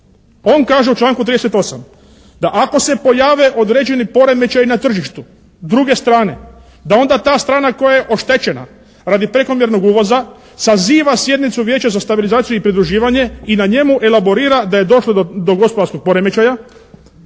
On kaže u članku 10.8. da ako se pojave određeni poremećaji na tržištu druge strane da onda ta strana koja je oštećena radi prekomjernog uvoza saziva sjednicu Vijeća za stabilizaciju i pridruživanje i na njemu elaborira da je došlo do gospodarskog poremećaja